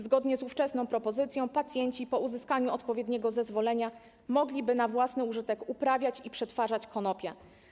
Zgodnie z ówczesną propozycją pacjenci, po uzyskaniu odpowiedniego zezwolenia, mogliby na własny użytek uprawiać i przetwarzać konopie.